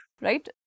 Right